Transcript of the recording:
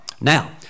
Now